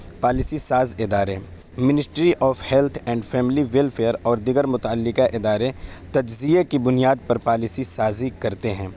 policy ساز ادارے ministry of health and family welfare اور دیگر متعلقہ ادارے تجزیے کی بنیاد پر پالیسی سازی کرتے ہیں